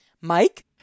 Mike